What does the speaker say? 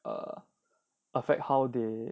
or err affect how they